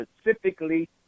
specifically